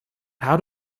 how